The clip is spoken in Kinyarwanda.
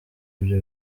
ivyo